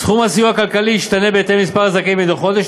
סכום הסיוע הכלכלי ישתנה בהתאם למספר הזכאים מדי חודש,